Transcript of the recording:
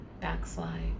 backslide